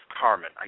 Carmen